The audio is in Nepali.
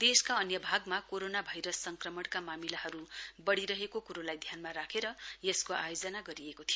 देशका अन्य भागमा कोरोना भाइरस संक्रमणका मामिलाहरू बढीरहेको कुरोलाई ध्यानमा राखेर यसको आयोजना गरिएको थियो